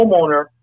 homeowner